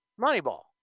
Moneyball